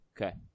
Okay